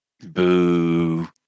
Boo